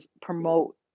promote